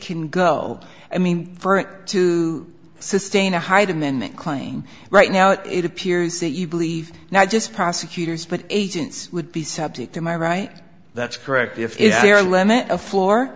can go i mean verdict to sustain a hyde amendment claim right now it appears that you believe now just prosecutors but agents would be subject to my right that's correct if they're limit a floor